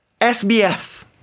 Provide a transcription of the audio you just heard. SBF